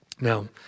Now